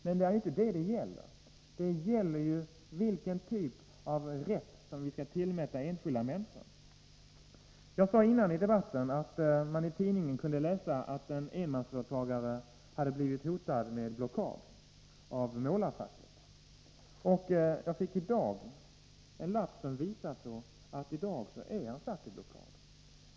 Men det är inte det saken gäller. Det gäller ju vilken typ av rätt vi skall tillerkänna enskilda människor. Jag sade tidigare i debatten att man i tidningen kunde läsa att en enmansföretagare hade blivit hotad med blockad av målarfacket. Jag fick i dag en lapp som visar att han i dag är satt i blockad.